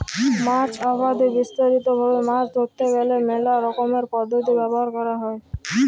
মাছ আবাদে বিস্তারিত ভাবে মাছ ধরতে গ্যালে মেলা রকমের পদ্ধতি ব্যবহার ক্যরা হ্যয়